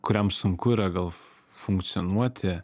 kuriam sunku yra gal funkcionuoti